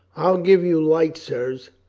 i'll give you light, sirs.